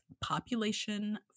population